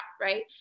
right